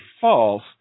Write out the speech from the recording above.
false